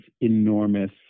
enormous